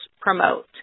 promote